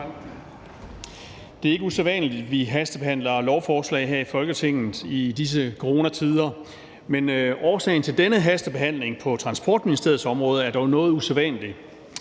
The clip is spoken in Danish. Det er ikke usædvanligt, at vi hastebehandler lovforslag her i Folketinget i disse coronatider, men årsagen til denne hastebehandling på Transportministeriets område er dog noget usædvanlig.